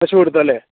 अशे उरतले